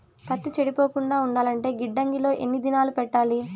పత్తి చెడిపోకుండా ఉండాలంటే గిడ్డంగి లో ఎన్ని దినాలు పెట్టాలి?